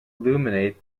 illuminate